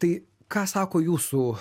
tai ką sako jūsų